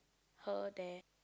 her that